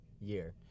year